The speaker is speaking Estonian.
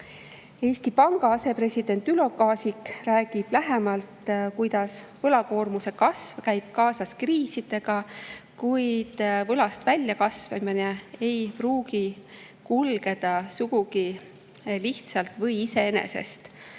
Eesti Panga asepresident Ülo Kaasik räägib lähemalt sellest, et võlakoormuse kasv käib kaasas kriisidega, kuid võlast väljakasvamine ei pruugi kulgeda sugugi lihtsalt või iseenesest,